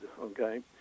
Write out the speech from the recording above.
okay